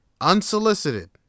unsolicited